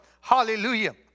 Hallelujah